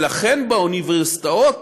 ולכן, באוניברסיטאות,